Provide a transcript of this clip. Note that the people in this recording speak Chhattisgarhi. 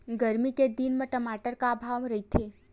गरमी के दिन म टमाटर का भाव रहिथे?